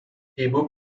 ibu